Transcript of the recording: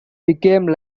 became